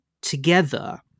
together